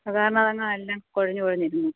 അത് കാരണം അതങ്ങ് എല്ലാം കുഴഞ്ഞ് കുഴഞ്ഞിരുന്ന്